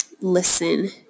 listen